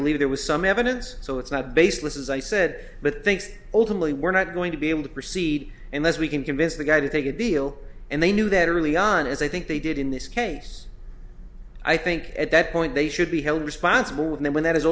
believed there was some evidence so it's not baseless as i said but thinks ultimately we're not going to be able to proceed unless we can convince the guy to take a deal and they knew that early on as i think they did in this case i think at that point they should be held responsible when they when that is